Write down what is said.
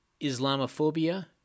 Islamophobia